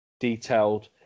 detailed